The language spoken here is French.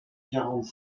quarante